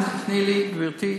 תני לי, גברתי.